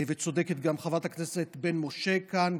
וצודקת גם חברת הכנסת בן משה כאן,